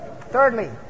thirdly